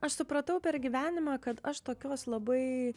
aš supratau per gyvenimą kad aš tokios labai